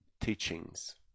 teachings